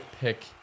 pick